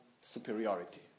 superiority